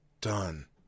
done